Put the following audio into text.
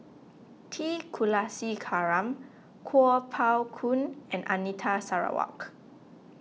T Kulasekaram Kuo Pao Kun and Anita Sarawak